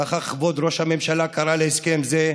ככה כבוד ראש הממשלה קרא להסכם זה,